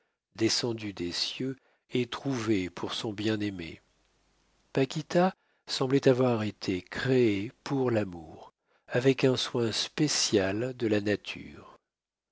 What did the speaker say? descendue des cieux ait trouvés pour son bien-aimé paquita semblait avoir été créée pour l'amour avec un soin spécial de la nature